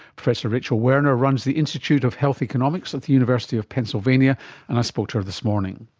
professor rachel werner runs the institute of health economics at the university of pennsylvania and i spoke to her this morning.